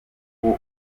uwo